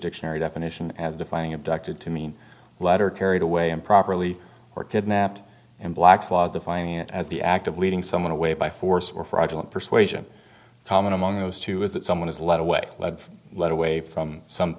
dictionary definition of defining abducted to mean a letter carried away improperly or kidnapped and black's laws defining it as the act of leading someone away by force or fraudulent persuasion common among those two is that someone is led away led led away from some